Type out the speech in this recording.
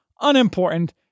unimportant